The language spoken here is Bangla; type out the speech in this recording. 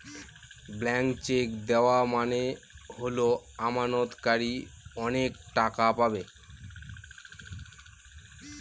ব্ল্যান্ক চেক দেওয়া মানে হল আমানতকারী অনেক টাকা পাবে